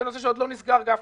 זה נושא שעוד לא נסגר, גפני.